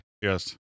Yes